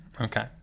Okay